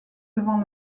devant